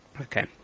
Okay